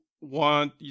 Want